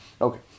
Okay